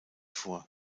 vor